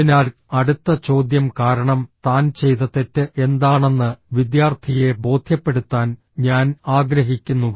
അതിനാൽ അടുത്ത ചോദ്യം കാരണം താൻ ചെയ്ത തെറ്റ് എന്താണെന്ന് വിദ്യാർത്ഥിയെ ബോധ്യപ്പെടുത്താൻ ഞാൻ ആഗ്രഹിക്കുന്നു